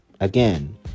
Again